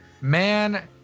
man